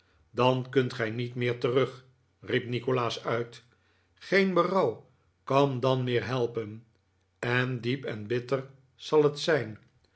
dan kunt gij niet meer terug riep nikolaas uit geen berouw kan dan meer helpen en diep en bitter zal het zijn